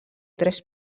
tres